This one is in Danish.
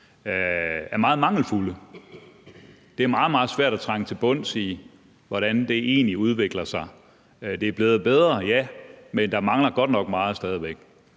er meget mangelfulde. Det er meget, meget svært at trænge til bunds i, hvordan det egentlig udvikler sig. Det er blevet bedre, ja, men der mangler godt nok stadig væk